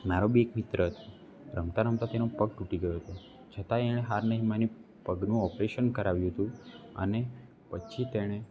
મારો બી એક મિત્ર રમતા રમતા તેનો પગ તૂટી ગયો છે છતાંય એને હાર નહીં માની પગનું ઓપરેશન કરાવ્યું હતું અને પછી તેણે